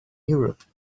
europe